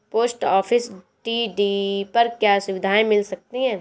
Post office TD पर क्या सुविधाएँ मिल सकती है?